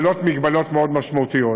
חלות מגבלות מאוד משמעותיות,